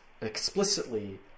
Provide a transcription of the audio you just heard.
explicitly